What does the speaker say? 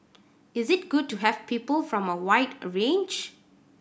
is it good to have people from a wide a range